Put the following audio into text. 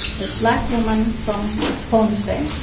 but black woman from ponce.